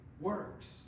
works